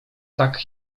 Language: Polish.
tak